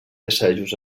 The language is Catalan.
assajos